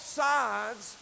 sides